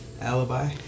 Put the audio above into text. alibi